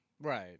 right